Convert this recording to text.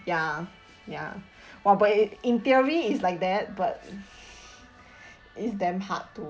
ya ya !wah! but it in theory is like that but it's damn hard to